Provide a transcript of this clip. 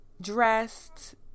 dressed